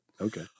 Okay